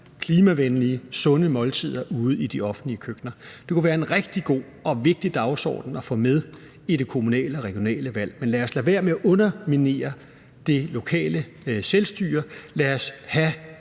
klimavenlige, sunde måltider ude i de offentlige køkkener? Det kunne være en rigtig god og vigtig dagsorden at få med i det kommunale og regionale valg. Men lad os lade være med at underminere det lokale selvstyre, og lad os have